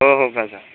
हो हो का सार